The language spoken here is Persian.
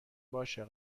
باشه